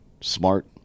smart